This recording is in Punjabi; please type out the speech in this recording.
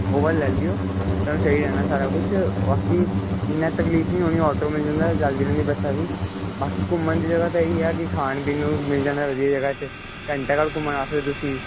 ਉਹ ਵਾਲੀ ਲੈ ਲਿਓ ਤੁਹਾਨੂੰ ਸਹੀ ਰਹਿਣਾ ਸਾਰਾ ਕੁਛ ਬਾਕੀ ਇੰਨਾਂ ਤਕਲੀਫ ਨਹੀਂ ਹੋਣੀ ਆਟੋਮੇਸ਼ਨ ਦਾ ਚਲਦੀ ਬੱਸਾਂ ਵੀ ਬਾਕੀ ਘੁੰਮਣ ਦੀ ਜਗ੍ਹਾ ਤਾਂ ਇਹੀ ਆ ਕਿ ਖਾਣ ਪੀਣ ਨੂੰ ਮਿਲ ਜਾਣਾ ਵਧੀਆ ਜਗ੍ਹਾ 'ਤੇ ਘੰਟਾ ਘਰ ਘੁੰਮਣਾ ਤੁਸੀਂ